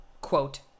quote